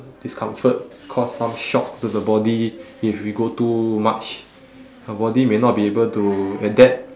discomfort cause some shock to the body if we go too much the body may not be able to adapt